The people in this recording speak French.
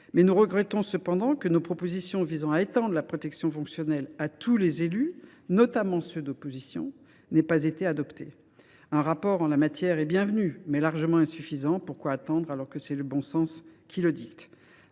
Nous regrettons cependant que nos propositions visant à étendre la protection fonctionnelle à tous les élus, notamment ceux d’opposition, n’aient pas été adoptées. Un rapport en la matière est bienvenu, mais largement insuffisant. Pourquoi attendre, alors que le bon sens dicte